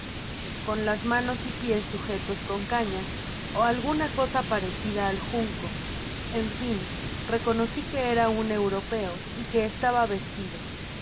con las manos y pies sujetos con cañas ó alguna cosa parecida al junco en fin reconocí que era un europeo y que estaba vestido